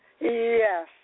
Yes